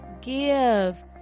give